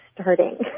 starting